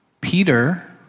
Peter